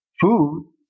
food